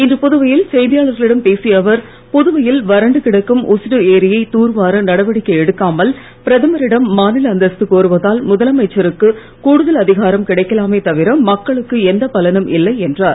இன்று புதுவையில் செய்தியாளர்களிடம் பேசிய அவர் புதுவையில் வறண்டு கிடக்கும் ஊசுடு ஏரியை தூர்வார நடவடிக்கை எடுக்காமல் பிரதமரிடம் மாநில அந்தஸ்து கோருவதால் முதலமைச்சருக்கு கூடுதல் அதிகாரம் கிடைக்கலாமே தவிர மக்களுக்கு எந்த பலனும் இல்லை என்றார்